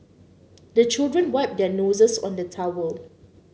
the children wipe their noses on the towel